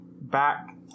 back